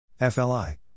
FLI